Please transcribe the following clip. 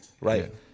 right